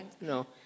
no